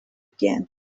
again